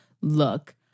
look